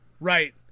Right